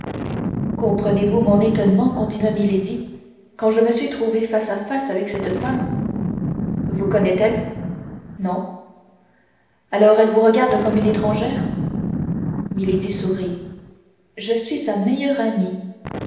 comprenez-vous mon étonnement continua milady quand je me suis trouvée face à face avec cette femme vous connaît elle non alors elle vous regarde comme une étrangère milady sourit je suis sa meilleure amie